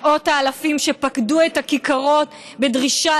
מאות האלפים שפקדו את הכיכרות בדרישה